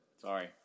Sorry